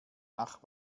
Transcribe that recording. ach